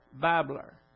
babbler